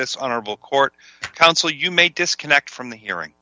this honorable court counsel you may disconnect from the hearing